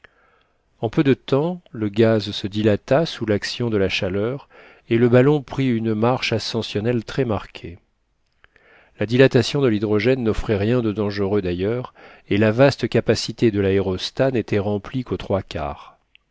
en peu de temps le gaz se dilata sous l'action de la chaleur et le ballon prit une marche ascensionnelle très marquée la dilatation de l'hydrogène n'offrait rien de dangereux d'ailleurs et la vaste capacité de l'aérostat n'était remplie qu'aux